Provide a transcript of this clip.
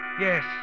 Yes